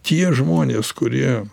tie žmonės kurie